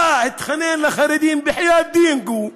בא, התחנן לחרדים: בחייאת דינכום,